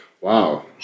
wow